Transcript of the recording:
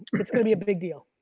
it's gonna be a big deal.